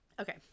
Okay